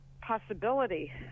possibility